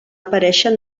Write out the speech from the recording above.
aparèixer